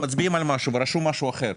כי אנחנו מצביעים על משהו ורשום משהו אחר.